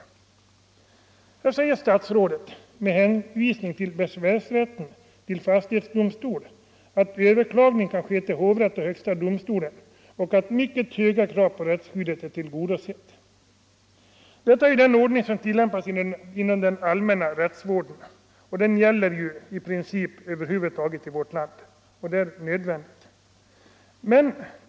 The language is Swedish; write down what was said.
Statsrådet säger med hän = enligt fastighetsvisning till rätten att inge besvär till fastighetsdomstol att överklagande = bildningslagen kan ske hos hovrätt och högsta domstolen och att mycket höga krav på rättssäkerhet därigenom är tillgodosedda. Det är den ordning som tillämpas inom den allmänna rättsvården, den gäller principiellt i vårt land — och det är nödvändigt.